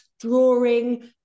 drawing